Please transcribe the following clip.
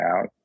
out